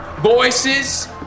voices